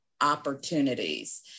opportunities